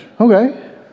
Okay